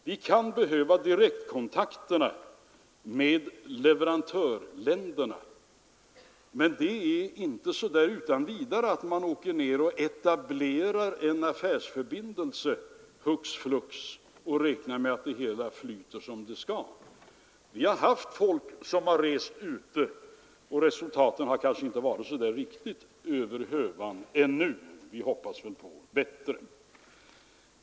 Vi kan behöva direktkontakter med leverantörsländerna, men man etablerar inte en affärsförbindelse hux flux och räknar med att det hela flyter som det skall. Vi har haft folk ute, men resultaten har ännu inte blivit över hövan. Vi hoppas dock på bättring.